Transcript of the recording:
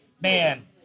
man